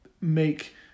make